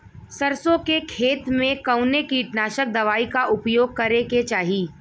सरसों के खेत में कवने कीटनाशक दवाई क उपयोग करे के चाही?